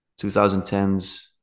2010s